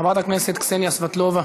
חברת הכנסת קסניה סבטלובה,